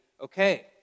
okay